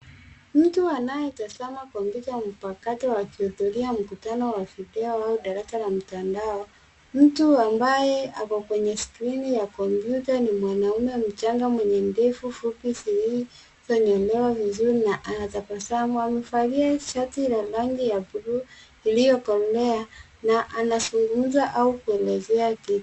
Mtu anayetazama kompyuta mpakato akihudhuria mkutano wa video au darasa la mtandao. Mtu ambaye ako kwenye skrini ya komputa ni mwanaume mchanga mwenye ndevu fupi zilizonyolewa vizuri na anatabasamu. Amevalia shati la rangi ya buluu iliyokolea na anazungumza au kuelezea kitu.